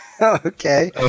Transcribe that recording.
Okay